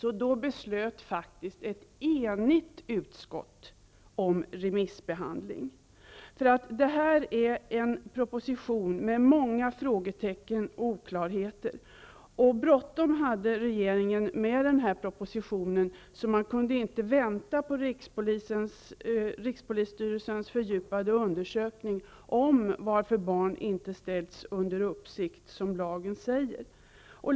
Ett enigt utskott beslöt då att en remissbehandling skulle ske. Detta är en proposition med många frågetecken och oklarheter. Regeringen hade så bråttom med den här propositionen att man inte kunde vänta på rikspolisstyrelsens fördjupade undersökning om varför barn inte ställts under uppsikt, vilket lagen kräver.